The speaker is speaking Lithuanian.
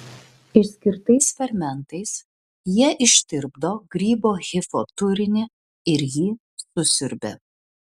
išskirtais fermentais jie ištirpdo grybo hifo turinį ir jį susiurbia